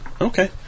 Okay